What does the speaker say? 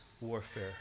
warfare